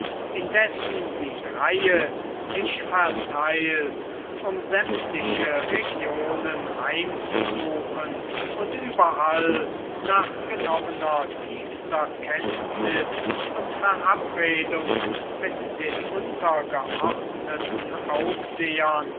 indessen die dreie sich verteilt um sämtliche regionen heimzusuchen und überall nach genommener tiefster kenntnis und verabredung mit den untergeordneten aufsehern